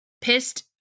pissed